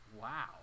wow